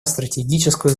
стратегическую